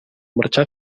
marxar